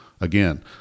Again